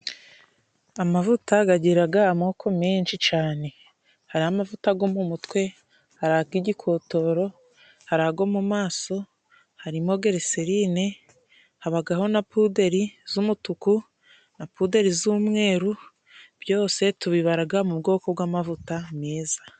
Amavuta gagiraga amoko menshi cane hariho: amavuta go mu mutwe, hari ag'igikotoro, hari ago mu maso, harimo giriserine, habagaho na puderi z'umutuku, na puderi z'umweru, byose tubibaraga mu bwoko bw'amavuta meza.